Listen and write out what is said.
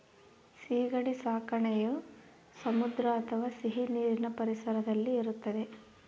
ಸೀಗಡಿ ಸಾಕಣೆಯು ಸಮುದ್ರ ಅಥವಾ ಸಿಹಿನೀರಿನ ಪರಿಸರದಲ್ಲಿ ಇರುತ್ತದೆ